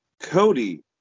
Cody